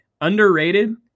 underrated